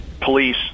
police